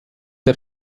der